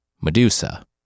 Medusa